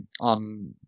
on